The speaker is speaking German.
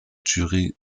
jury